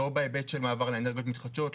לא בהיבט של מעבר לאנרגיות מתחדשות,